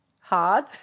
hard